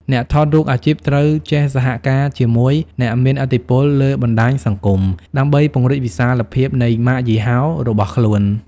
អ្នកថតរូបអាជីពត្រូវចេះសហការជាមួយអ្នកមានឥទ្ធិពលលើបណ្ដាញសង្គម ដើម្បីពង្រីកវិសាលភាពនៃម៉ាកយីហោរបស់ខ្លួន។